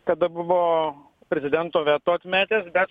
kada buvo prezidento veto atmetęs bet